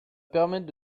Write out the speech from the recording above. permettre